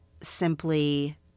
simply